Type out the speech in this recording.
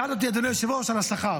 שאל אותי אדוני היושב-ראש על השכר,